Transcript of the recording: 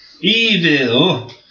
Evil